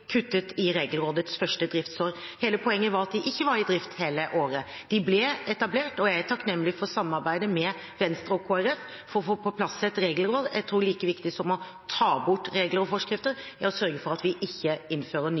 kuttet i deres første driftsår. Hele poenget var at de ikke var i drift hele året. De ble etablert, og jeg er takknemlig for samarbeidet med Venstre og Kristelig Folkeparti for å få på plass et regelråd. Jeg tror at like viktig som å ta bort regler og forskrifter er det å sørge for at vi ikke innfører nye